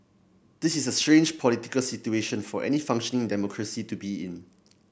this is a strange political situation for any functioning democracy to be in